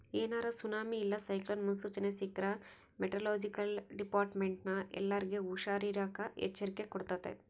ಏನಾರ ಸುನಾಮಿ ಇಲ್ಲ ಸೈಕ್ಲೋನ್ ಮುನ್ಸೂಚನೆ ಸಿಕ್ರ್ಕ ಮೆಟೆರೊಲೊಜಿಕಲ್ ಡಿಪಾರ್ಟ್ಮೆಂಟ್ನ ಎಲ್ಲರ್ಗೆ ಹುಷಾರಿರಾಕ ಎಚ್ಚರಿಕೆ ಕೊಡ್ತತೆ